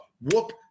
whoop